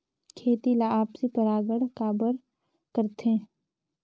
खेती ला आपसी परागण काबर करथे?